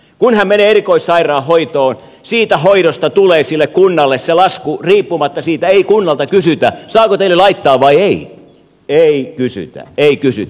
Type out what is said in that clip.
kun hän menee erikoissairaanhoitoon siitä hoidosta tulee sille kunnalle se lasku ei kunnalta kysytä saako teille laittaa vai ei ei kysytä ei kysytä